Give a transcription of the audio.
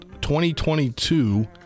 2022